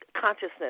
consciousness